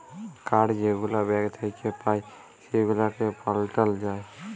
card যেগুলা bank থ্যাইকে পাই সেগুলাকে পাল্টাল যায়